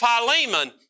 Philemon